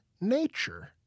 nature